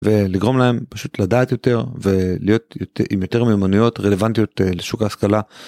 ולגרום להם פשוט לדעת יות, ר ולהיות עם יותר מיומנויות רלוונטיות לשוק ההשכלה.